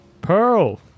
Pearl